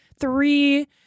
three